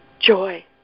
joy